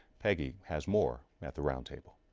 peggy has more at the round table.